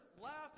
laughing